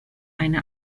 eine